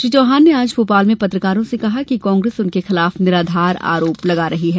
श्री चौहान ने आज भोपाल में पत्रकारों से कहा कि कांग्रेस उनके खिलाफ निराधार आरोप लगा रही है